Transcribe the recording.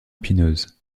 épineuses